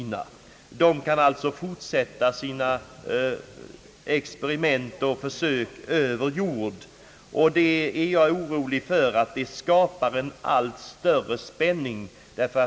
De kan alltså fortsätta sina experiment ovan jord. Jag är orolig för att därmed skapas en allt större spänning.